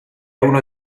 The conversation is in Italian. uno